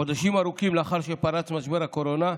חודשים ארוכים לאחר שפרץ משבר הקורונה,